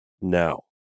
Now